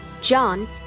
John